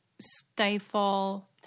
stifle